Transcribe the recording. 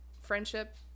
friendship